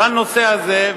בנושא הזה.